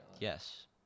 Yes